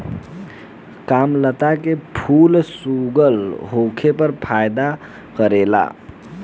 कामलता के फूल शुगर होखे पर फायदा करेला